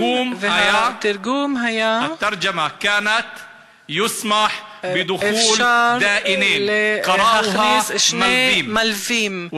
התרגום היה: אפשר להכניס שני מַלווים.